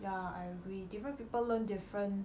yeah I agree different people learn different